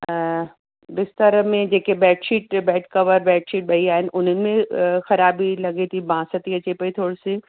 बिस्तर में जेके बेडशीट बेडकवर बेडशीट ॿई आहिनि हुन में ख़राबी लॻे थी बांस थी अचे पेई थोरीसी